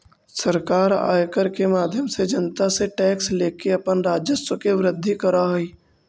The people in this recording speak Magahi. सरकार आयकर के माध्यम से जनता से टैक्स लेके अपन राजस्व के वृद्धि करऽ हई